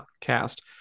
cast